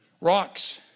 Rocks